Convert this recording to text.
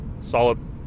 solid